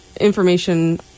information